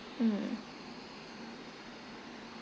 mm